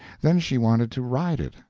then she wanted to ride it,